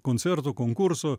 koncerto konkurso